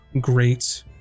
great